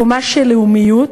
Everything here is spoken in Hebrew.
קומה של לאומיות,